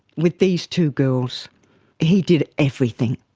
with these two girls he did everything.